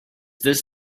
this